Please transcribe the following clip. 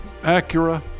Acura